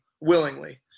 willingly